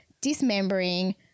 dismembering